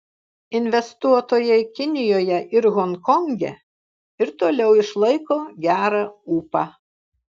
investuotojai kinijoje ir honkonge ir toliau išlaiko gerą ūpą